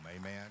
Amen